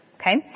okay